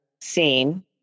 seen